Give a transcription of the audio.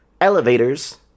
elevators